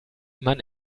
man